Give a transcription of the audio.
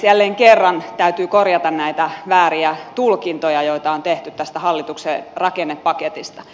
jälleen kerran täytyy korjata näitä vääriä tulkintoja joita on tehty tästä hallituksen rakennepaketista